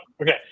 Okay